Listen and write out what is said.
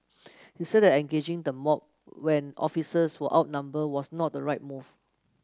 he said that engaging the mob when officers were outnumbered was not the right move